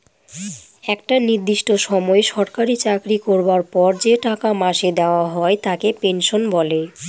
একটা নির্দিষ্ট সময় সরকারি চাকরি করবার পর যে টাকা মাসে দেওয়া হয় তাকে পেনশন বলে